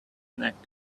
neck